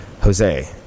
Jose